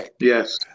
yes